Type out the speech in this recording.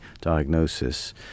diagnosis